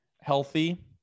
healthy